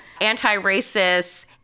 anti-racist